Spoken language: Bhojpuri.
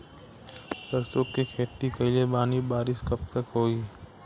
सरसों के खेती कईले बानी बारिश कब तक होई?